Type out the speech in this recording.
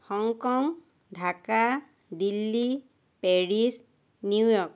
Hong Kong Dhaka Delhi Paris New York